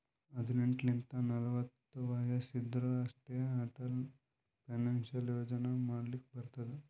ಹದಿನೆಂಟ್ ಲಿಂತ ನಲ್ವತ ವಯಸ್ಸ್ ಇದ್ದೋರ್ ಅಷ್ಟೇ ಅಟಲ್ ಪೆನ್ಷನ್ ಯೋಜನಾ ಮಾಡ್ಲಕ್ ಬರ್ತುದ್